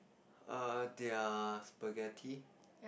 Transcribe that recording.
err their spaghetti